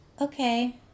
Okay